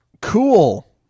Cool